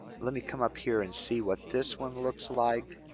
let me come up here and see what this one looks like.